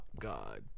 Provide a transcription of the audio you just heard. god